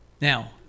now